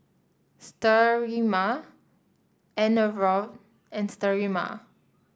Sterimar Enervon and Sterimar